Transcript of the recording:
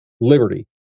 Liberty